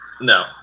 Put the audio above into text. No